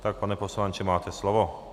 Tak pane poslanče, máte slovo.